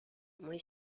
muy